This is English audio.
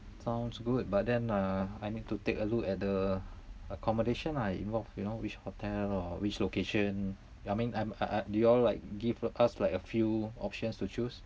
sounds good but then uh I need to take a look at the accommodation lah involved you know which hotel or which location I mean I'm I I do you all like give us like a few options to choose